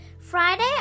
Friday